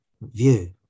view